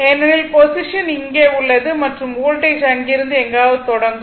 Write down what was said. ஏனெனில் பொசிஷன் இங்கே உள்ளது மற்றும் வோல்டேஜ் அங்கிருந்து எங்காவது தொடங்கும்